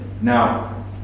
Now